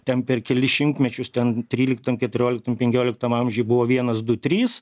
ten per kelis šimtmečius ten tryliktam keturioliktam penkioliktam amžiuj buvo vienas du trys